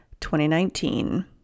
2019